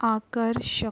आकर्षक